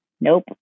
nope